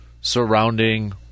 surrounding